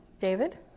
David